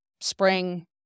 spring